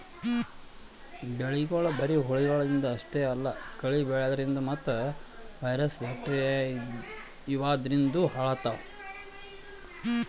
ಬೆಳಿಗೊಳ್ ಬರಿ ಹುಳಗಳಿಂದ್ ಅಷ್ಟೇ ಅಲ್ಲಾ ಕಳಿ ಬೆಳ್ಯಾದ್ರಿನ್ದ ಮತ್ತ್ ವೈರಸ್ ಬ್ಯಾಕ್ಟೀರಿಯಾ ಇವಾದ್ರಿನ್ದನೂ ಹಾಳಾತವ್